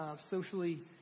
socially